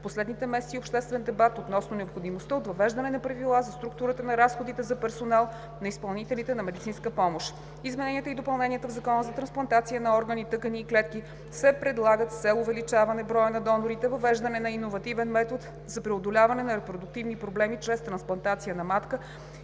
в последните месеци обществен дебат относно необходимостта от въвеждане на правила за структурата на разходите за персонал на изпълнителите на медицинска помощ. Измененията и допълненията в Закона за трансплантация на органи, тъкани и клетки се предлагат с цел увеличаване броя на донорите, въвеждане на иновативен метод за преодоляване на репродуктивни проблеми чрез трансплантация на матка,